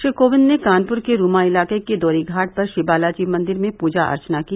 श्री कोविंद ने कानपूर के रूमा इलाके के दयोरी घाट पर श्रीबालाजी मंदिर में पूजा अर्चना की